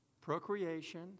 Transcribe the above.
procreation